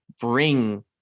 bring –